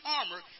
armor